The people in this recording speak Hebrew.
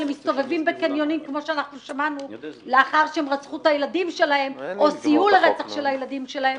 מסתובבים בקניונים לאחר שהם רצחו או סייעו לרצח של הילדים שלהם.